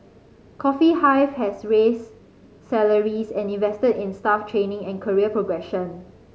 Coffee Hive has raised salaries and invested in staff training and career progression